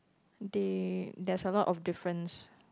they there's a lot of difference